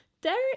Derek